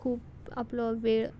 खूब आपलो वेळ